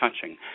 touching